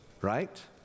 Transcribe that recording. right